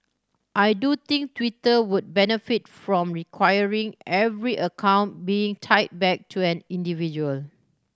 I do think Twitter would benefit from requiring every account being tied back to an individual